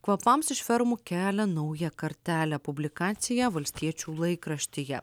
kvapams iš fermų kelia naują kartelę publikacija valstiečių laikraštyje